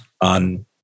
on